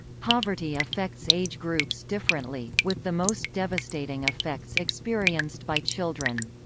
poverty affects age groups differently, with the most devastating effects experienced by children.